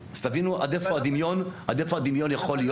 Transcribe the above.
אז תבינו עד איפה הדמיון יכול להיות.